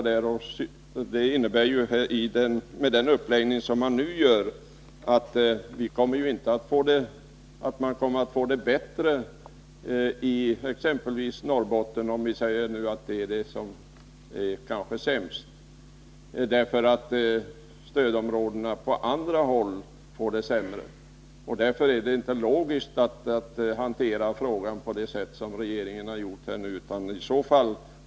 Med den nuvarande uppläggningen kommer man inte att få det bättre i exempelvis Norrbotten — om vi nu utgår ifrån att det kanske är sämst där — bara därför att andra stödområden får det sämre. Därför är det inte logiskt att hantera frågan som regeringen har gjort.